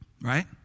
Right